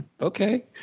okay